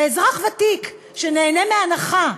ואזרח ותיק שנהנה מהנחה,